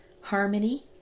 harmony